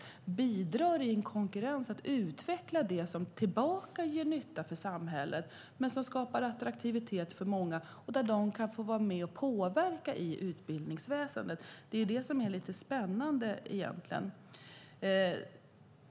De bidrar i en konkurrens till att utveckla det som ger nytta för samhället och som skapar attraktivitet för många, där de kan få vara med och påverka i utbildningsväsendet. Det är det som är lite spännande.